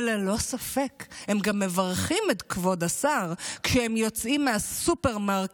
וללא ספק הם גם מברכים את כבוד השר כשהם יוצאים מהסופרמרקט